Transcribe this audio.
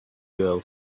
girl